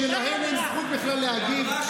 כשלהן אין זכות בכלל להגיב.